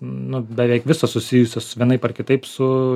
nu beveik visos susijusios vienaip ar kitaip su